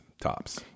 tops